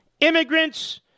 Immigrants